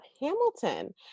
Hamilton